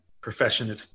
profession